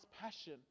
passion